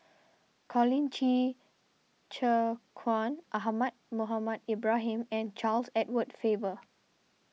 Colin Qi Zhe Quan Ahmad Mohamed Ibrahim and Charles Edward Faber